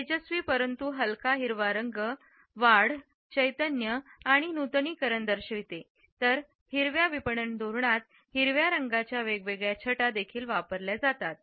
तेजस्वी परंतु हलका हिरवा रंग वाढ चैतन्य आणि नूतनीकरण दर्शविते तर हिरव्याविपणन धोरणात हिरव्या रंगाच्या वेगवेगळ्या छटा देखील वापरल्या जातात